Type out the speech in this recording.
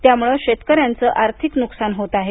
त्यामुळे शेतकऱ्यांचं आर्थिक नुकसान होत आहे